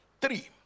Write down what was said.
Three